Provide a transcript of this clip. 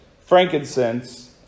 frankincense